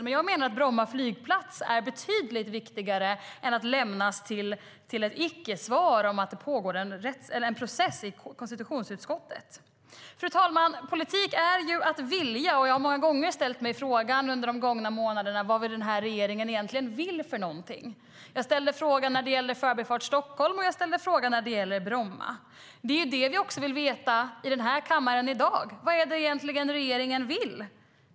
Men jag menar att Bromma flygplats är betydligt viktigare än att det ska lämnas ett ickesvar om att det pågår en process i konstitutionsutskottet. Fru talman! Politik är ju att vilja, och jag har många gånger ställt mig frågan under de gångna månaderna vad denna regering egentligen vill. Jag ställde frågan när det gäller Förbifart Stockholm, och jag ställde frågan när det gäller Bromma. Det är det som vi vill veta i den här kammaren i dag. Vad är det egentligen regeringen vill?